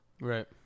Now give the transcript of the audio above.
Right